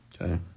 Okay